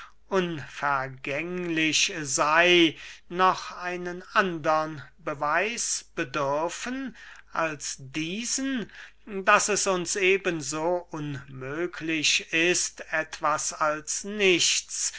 unvergänglich sey noch einen andern beweis bedürfen als diesen daß es uns eben so unmöglich ist etwas als nichts